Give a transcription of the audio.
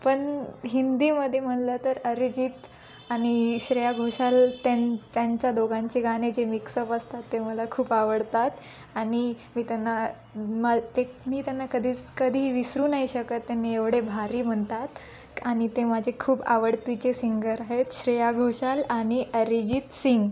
पण हिंदीमध्ये म्हटलं तर अरिजित आणि श्रेया घोषाल त्यांच्या दोघांचे गाणे जे मिक्सअप असतात ते मला खूप आवडतात आणि मी त्यांना म ते मी त्यांना कधीच कधीही विसरू नाही शकत त्यांनी एवढे भारी म्हणतात आणि ते माझे खूप आवडतीचे सिंगर आहेत श्रेया घोषाल आणि अरिजित सिंग